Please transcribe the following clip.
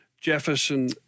Jefferson